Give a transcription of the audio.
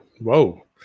whoa